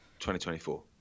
2024